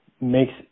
makes